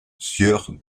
sieur